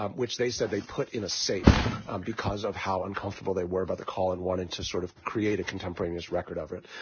um which they said they put in a safe um because of how uncomfortable they were about the call and wanted to sort of create a contemporaneous record of it.